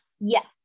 Yes